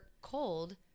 cold